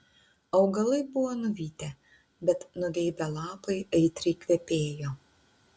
augalai buvo nuvytę bet nugeibę lapai aitriai kvepėjo